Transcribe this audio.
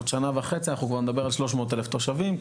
עוד שנה וחצי אנחנו נדבר על 300,000 תושבים,